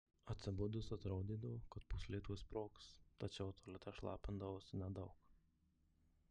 atsibudus atrodydavo kad pūslė tuoj sprogs tačiau tualete šlapindavausi nedaug